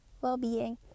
well-being